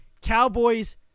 Cowboys